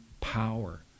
power